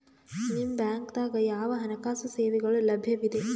ನಿಮ ಬ್ಯಾಂಕ ದಾಗ ಯಾವ ಹಣಕಾಸು ಸೇವೆಗಳು ಲಭ್ಯವಿದೆ?